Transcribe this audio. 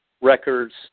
records